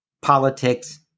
politics